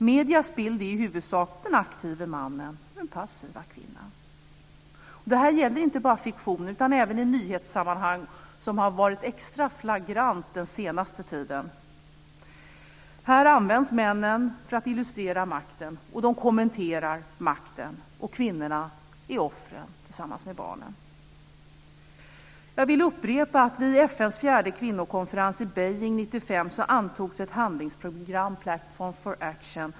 Mediernas bild är i huvudsak den aktive mannen och den passiva kvinnan. Det här gäller inte bara fiktion utan även i nyhetssammanhang, vilket har varit extra flagrant den senaste tiden. Här används männen för att illustrera makten, och de kommenterar makten. Kvinnorna är offren tillsammans med barnen. Jag vill upprepa att vid FN:s fjärde kvinnokonferens i Beijing 1995 antogs ett handlingsprogram, Platform for Action.